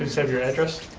have your address.